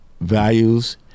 values